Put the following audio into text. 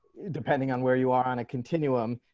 depending on where you are on a continuum,